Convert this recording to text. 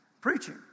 preaching